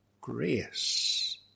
grace